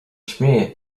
śmieje